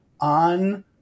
on